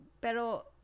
pero